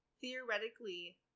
theoretically